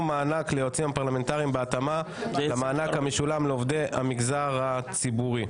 מענק ליועצים הפרלמנטריים בהתאמה למענק המשולם לעובדי המגזר הציבורי.